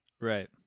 right